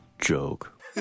joke